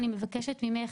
אני מבקשת ממך,